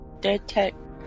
detect